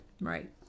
Right